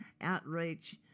outreach